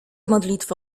modlitwy